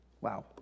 Wow